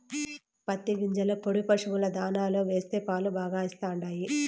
పత్తి గింజల పొడి పశుల దాణాలో వేస్తే పాలు బాగా ఇస్తండాయి